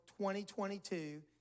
2022